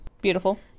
Beautiful